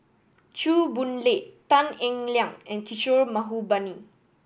Chew Boon Lay Tan Eng Liang and Kishore Mahbubani